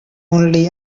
only